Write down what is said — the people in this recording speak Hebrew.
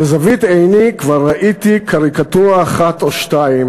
בזווית עיני כבר ראיתי קריקטורה אחת או שתיים